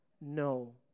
No